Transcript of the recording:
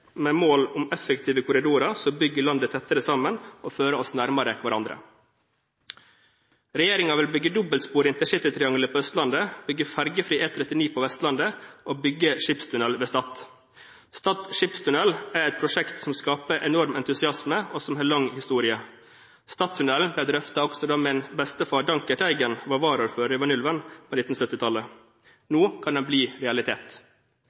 med mål om effektive korridorer som bygger landet tettere sammen, og fører oss nærmere hverandre. Regjeringen vil bygge dobbeltspor i intercitytrianglet på Østlandet, fergefri E39 på Vestlandet og skipstunnel ved Stad. Stad skipstunnel er et prosjekt som skaper enorm entusiasme, og som har lang historie. Stadtunnelen ble drøftet også da min bestefar Dankert Teigen var varaordfører i Vanylven på 1970-tallet. Nå kan den bli realitet.